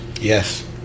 Yes